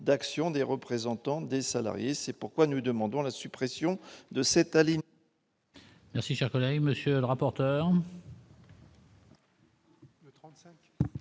d'action, des représentants des salariés, c'est pourquoi nous demandons la suppression de cet aliment.